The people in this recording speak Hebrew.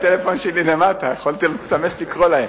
הטלפון שלי למטה, יכולתי לסמס, לקרוא להם.